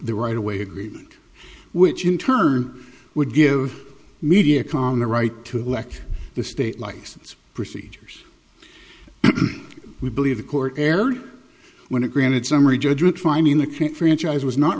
their right away agreement which in turn would give mediacom the right to elect the state license procedures we believe the court erred when it granted summary judgment finding the current franchise was not